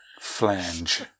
Flange